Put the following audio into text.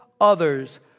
others